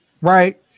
right